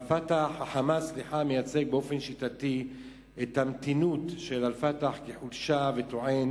וה"חמאס" מציג באופן שיטתי את המתינות של ה"פתח" כחולשה וטוען